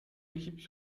équipes